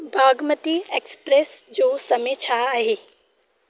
Bagmati express जो समय छा आहे